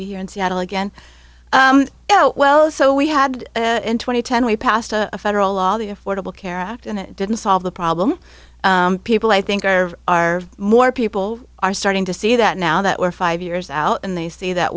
be here in seattle again well so we had twenty ten we passed a federal law the affordable care act and it didn't solve the problem people i think are are more people are starting to see that now that we're five years out and they see that